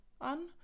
on